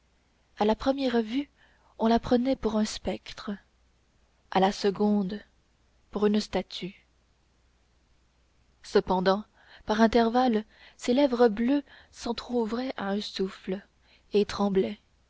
à la première vue on la prenait pour un spectre à la seconde pour une statue cependant par intervalles ses lèvres bleues s'entrouvraient à un souffle et tremblaient